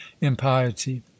impiety